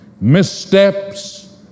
missteps